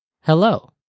Hello